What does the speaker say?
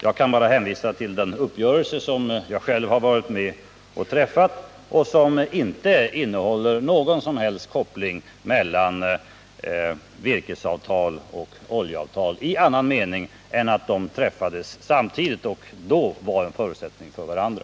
Jag kan bara hänvisa till den uppgörelse som jag själv varit med om att träffa och som inte innehåller någon som helst koppling mellan virkesavtal och oljeavtal i annan mening än att de träffades samtidigt och då var en förutsättning för varandra.